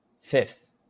Fifth